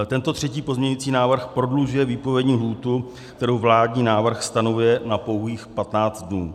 Tento třetí pozměňovací návrh prodlužuje výpovědní lhůtu, kterou vládní návrh stanovuje na pouhých 15 dnů.